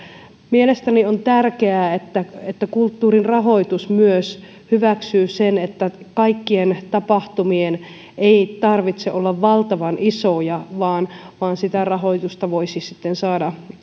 mielestäni on tärkeää että että kulttuurin rahoitus hyväksyy myös sen että kaikkien tapahtumien ei tarvitse olla valtavan isoja vaan vaan rahoitusta voisivat sitten saada